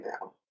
now